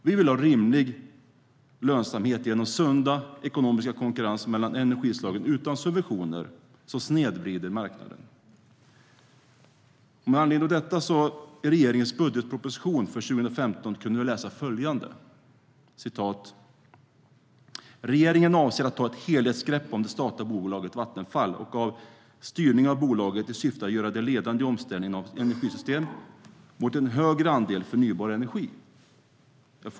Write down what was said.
Vi vill ha rimlig lönsamhet genom sund ekonomisk konkurrens mellan energislagen utan subventioner som snedvrider marknaden. STYLEREF Kantrubrik \* MERGEFORMAT Statliga företag"Regeringen avser ta ett helhetsgrepp om det statliga bolaget Vattenfall och av styrningen av bolaget i syfte att göra det ledande i omställningen av energisystemet mot en högre andel förnybar energi.